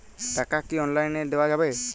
টাকা কি অনলাইনে দেওয়া যাবে?